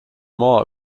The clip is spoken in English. more